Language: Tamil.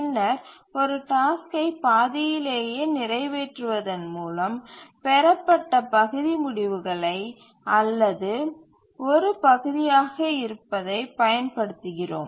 பின்னர் ஒரு டாஸ்க்கை பாதியிலேயே நிறைவேற்றுவதன் மூலம் பெறப்பட்ட பகுதி முடிவுகளை அல்லது ஒரு பகுதியாக இருப்பதை பயன்படுத்துகிறோம்